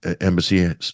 embassy